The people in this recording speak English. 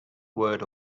word